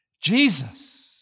Jesus